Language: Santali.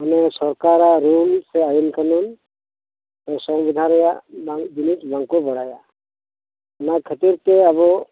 ᱱᱩᱭ ᱥᱚᱨᱠᱟᱨᱟᱜ ᱨᱩᱞᱥ ᱥᱮ ᱟᱹᱭᱤᱱ ᱠᱟᱹᱱᱩᱱ ᱥᱮ ᱥᱚᱝᱵᱤᱫᱷᱟᱱ ᱨᱮᱱᱟᱜ ᱱᱤᱭᱚᱢᱼᱠᱟᱹᱱᱩᱱ ᱵᱟᱝᱠᱚ ᱵᱟᱲᱟᱭᱟ ᱱᱚᱣᱟ ᱠᱷᱟᱹᱛᱤᱨᱛᱮ ᱟᱫᱚ